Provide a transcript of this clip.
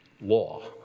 law